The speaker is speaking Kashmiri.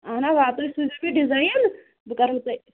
اَہَن حظ آ تُہۍ سوٗزِو مےٚ ڈِزایِن بہٕ کَرہو تۄہہِ